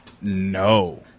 No